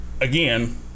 again